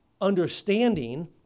understanding